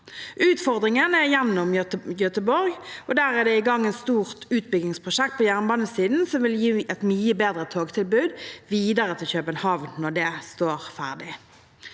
Utfordringen er gjennom Göteborg, og der er det i gang et stort utbyggingsprosjekt på jernbanesiden som vil gi et mye bedre togtilbud videre til København når det står ferdig.